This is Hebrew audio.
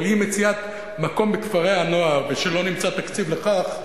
אבל אי-מציאת מקום בכפרי-הנוער ומשלא נמצא תקציב לכך,